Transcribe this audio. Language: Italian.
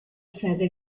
sede